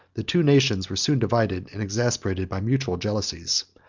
the two nations were soon divided and exasperated by mutual jealousies.